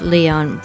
Leon